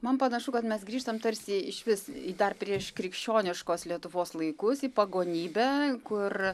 man panašu kad mes grįžtam tarsi išvis dar prieškrikščioniškos lietuvos laikus į pagonybę kur